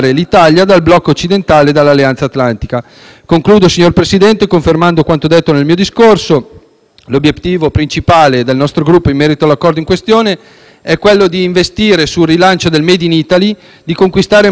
L'obiettivo principale del nostro Gruppo in merito all'accordo in questione è investire sul rilancio del *made in Italy* e conquistare maggiori quote di un mercato - quello cinese - che rappresenta già uno sbocco importante per le esportazioni